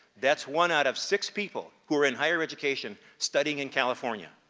that's one out of six people who are in higher education studying in california.